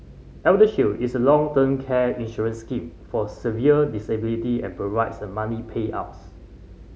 ElderShield is a long term care insurance scheme for severe disability and provides the money payouts